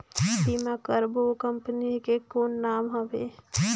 बीमा करबो ओ कंपनी के कौन नाम हवे?